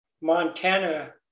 montana